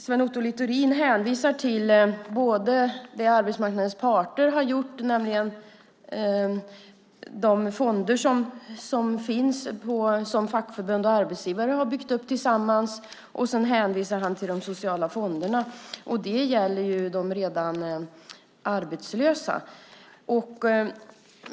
Sven Otto Littorin hänvisar till både det som arbetsmarknadens parter har åstadkommit, nämligen de fonder som fackförbund och arbetsgivare har byggt upp tillsammans, och till de sociala fonderna, och de gäller ju de redan arbetslösa.